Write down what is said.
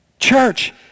Church